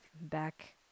back